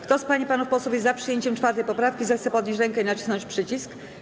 Kto z pań i panów posłów jest za przyjęciem 4. poprawki, zechce podnieść rękę i nacisnąć przycisk.